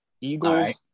eagles